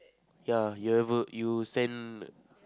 yeah you ever you send